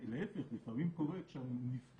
להיפך, לפעמים קורה כשהנפגע